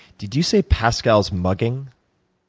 did you say pascal's mugging?